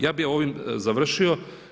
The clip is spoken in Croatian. Ja bi ovim završio.